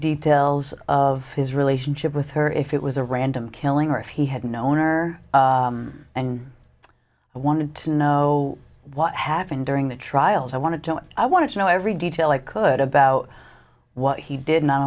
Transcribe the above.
details of his relationship with her if it was a random killing or if he had known her and i wanted to know what happened during the trials i wanted to know i wanted to know every detail i could about what he did not